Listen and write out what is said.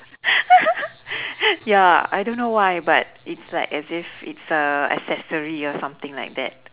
ya I don't know why but it's like as if it's a accessory or something like that